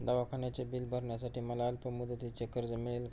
दवाखान्याचे बिल भरण्यासाठी मला अल्पमुदतीचे कर्ज मिळेल का?